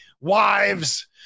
wives